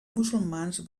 musulmans